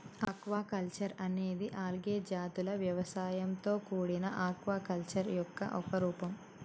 aquaculture అనేది algae జాతుల వ్యవసాయంతో కూడిన ఆక్వాకల్చర్ యొక్క ఒక రూపం